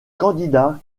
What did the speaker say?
candidats